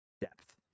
depth